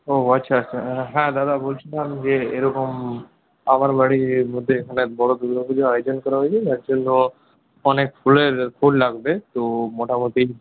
ও আচ্ছা আচ্ছা হ্যাঁ দাদা বলছিলাম যে এরকম আমার বাড়ির মধ্যে এখানে বড় দুর্গাপুজার আয়োজন করা হয়েছে যার সেজন্য অনেক ফুল লাগবে তো মোটামুটি